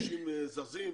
אנשים זזים,